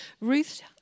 Ruth